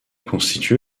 constitue